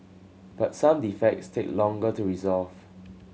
but some defects take longer to resolve